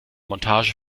montage